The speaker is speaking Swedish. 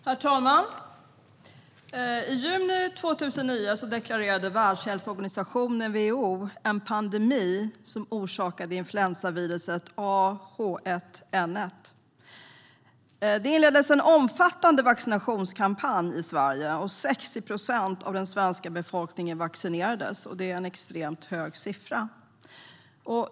Herr talman! I juni 2009 deklarerade Världshälsoorganisationen, WHO, en pandemi som orsakats av influensaviruset A/H1N1. Det inleddes en omfattande vaccinationskampanj i Sverige, och 60 procent av den svenska befolkningen vaccinerades. Det är en extremt hög siffra.